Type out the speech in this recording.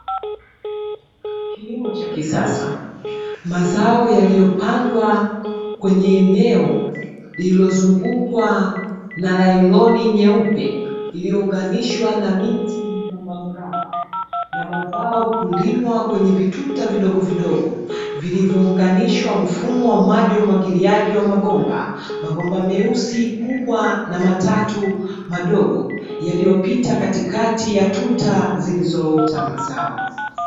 Kilimo cha kisasa. Mazao yaliyopandwa kwenye eneo lililozungukwa na lailoni nyeupe iliyounganishwa na miti myembambamyembamba. Na mazao kulimwa kwenye vituta vidogovidogo vilivyounganishwa mfumo wa maji ya umwagiliaji wa mabomba. Mabomba meusi, kubwa na matatu madogo yaliyopita katikati ya tuta zilizoota mazao.